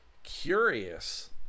curious